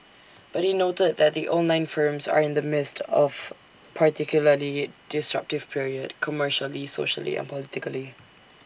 but he noted that the online firms are in the midst of particularly disruptive period commercially socially and politically